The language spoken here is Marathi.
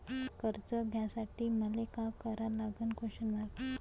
कर्ज घ्यासाठी मले का करा लागन?